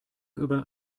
über